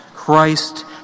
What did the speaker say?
Christ